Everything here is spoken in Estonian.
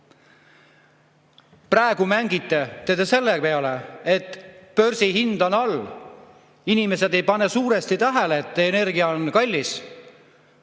Praegu mängite te selle peale, et börsihind on all. Suuresti ei pane inimesed tähele, et energia on kallis.